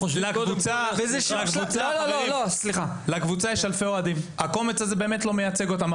לקבוצה יש אלפי אוהדים והקומץ הזה באמת לא מייצג אותם,